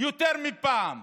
יותר מפעם,